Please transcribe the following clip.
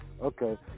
Okay